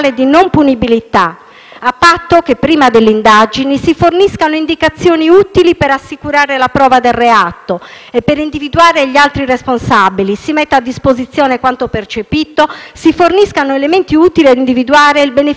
a patto che prima delle indagini si forniscano indicazioni utili per assicurare la prova del reato e per individuare gli altri responsabili, si metta a disposizione quanto percepito, si forniscano elementi utili a individuare il beneficiario del profitto.